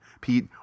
pete